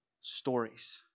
stories